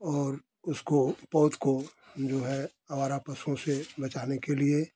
और उसको पौध को जो है आवारा पशुओं से बचाने के लिए